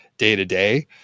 day-to-day